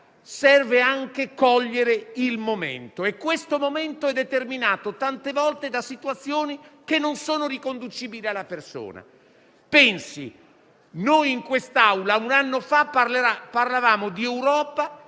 Serve anche cogliere il momento che è determinato tante volte da situazioni che non sono riconducibili alla persona. Pensi che in quest'Aula un anno fa parlavamo di Europa,